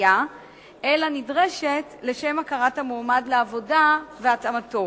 אפליה אלא נדרשת לשם הכרת המועמד לעבודה והתאמתו.